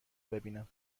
ببینم